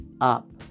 up